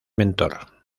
mentor